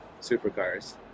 supercars